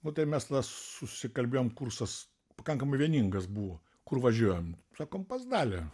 nu tai mes tada susikalbėjom kursas pakankamai vieningas buvo kur važiuojam sakom pas dalią